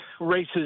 races